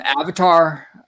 Avatar